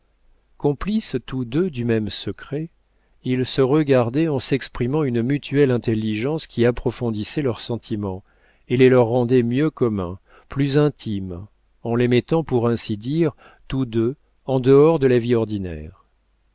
complices tous deux du même secret ils se regardaient en s'exprimant une mutuelle intelligence qui approfondissait leurs sentiments et les leur rendait mieux communs plus intimes en les mettant pour ainsi dire tous deux en dehors de la vie ordinaire